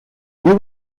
you